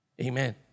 Amen